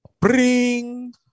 Bring